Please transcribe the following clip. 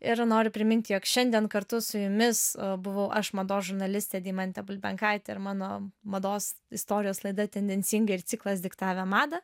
ir noriu priminti jog šiandien kartu su jumis buvau aš mados žurnalistė deimantė bulbenkaitė ir mano mados istorijos laida tendencingai ir ciklas diktavę madą